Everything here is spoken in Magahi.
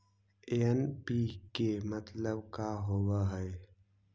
एन.पी.के मतलब का होव हइ?